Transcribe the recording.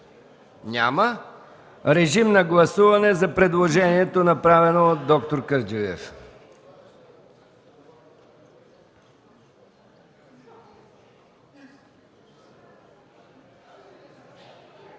Няма. Режим на гласуване за предложението, направено от д-р Кърджалиев.